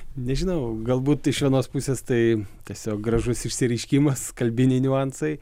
nežinau galbūt iš vienos pusės tai tiesiog gražus išsireiškimas kalbiniai niuansai